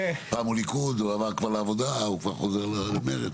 פעם הוא ליכוד הוא עבר כבר לעבודה הוא כבר חוזר למרץ,